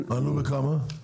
עלו בכמה?